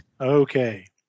Okay